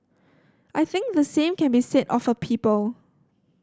I think the same can be said of a people